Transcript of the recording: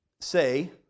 Say